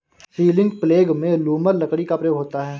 ceiling प्लेग में लूमर लकड़ी का प्रयोग होता है